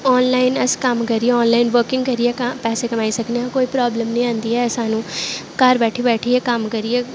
online अस कम्म करियै आनलाइन बर्किंग करियै पैसे कमाई सकने आं कोई प्राब्लम निं आंदी ऐ सानूं घर बैठी बैठियै कम्म करियै